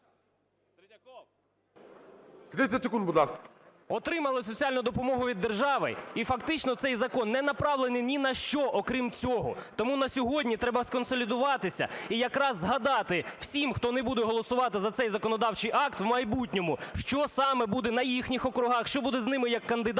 Отримали соціальну допомогу від держави. І фактично цей закон не направлений ні на що, окрім цього. Тому на сьогодні треба сконсолідуватися і якраз згадати всім, хто не буде голосувати за цей законодавчий акт, у майбутньому, що саме буде на їхніх округах, що буде з ними як кандидатами.